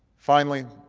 finally,